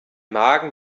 magen